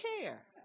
care